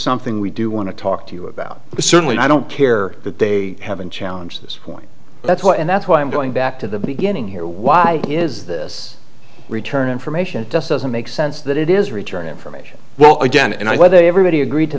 something we do want to talk to you about because certainly i don't care that they haven't challenge this point that's why and that's why i'm going back to the beginning here why is this return information doesn't make sense that it is return information well again and whether everybody agreed to